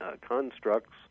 constructs